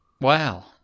Wow